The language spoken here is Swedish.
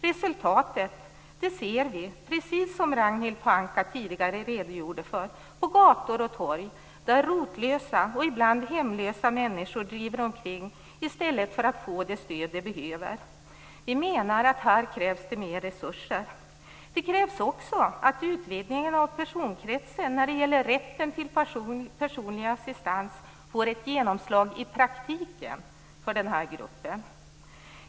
Resultatet ser vi, som Ragnhild Pohanka tidigare redogjorde för, på gator och torg, där rotlösa och ibland hemlösa människor driver omkring i stället för att få det stöd de behöver. Vi menar att det här krävs mer resurser. Det krävs också att utvidgningen av personkretsen när det gäller rätten till personlig assistans får ett genomslag i praktiken för den här gruppen.